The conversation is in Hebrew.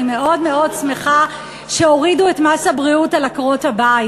אני מאוד מאוד שמחה שהורידו את מס הבריאות על עקרות-הבית